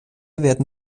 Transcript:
werden